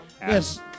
Yes